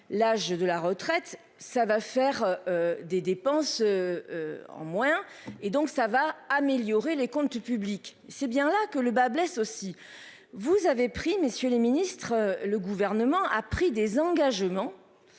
l'âge de la retraite. Ça va faire. Des dépenses. En moins et donc ça va améliorer les comptes publics. C'est bien là que le bât blesse aussi. Vous avez pris, messieurs les ministres, le gouvernement a pris des engagements.